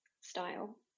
style